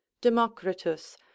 democritus